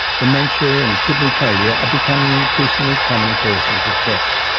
dementia and kidney failure are becoming increasingly common causes of death.